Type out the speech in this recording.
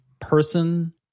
person